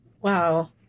wow